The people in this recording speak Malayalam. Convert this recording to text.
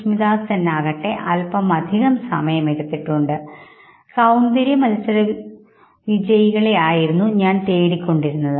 സുസ്മിതാസെൻ ആകട്ടെ അല്പം അധികം സമയം എടുത്തിട്ടുണ്ട് സൌന്ദര്യം മത്സരവിജയികളെ ആയിരുന്നു ഞാൻ തേടി കൊണ്ടിരുന്നത്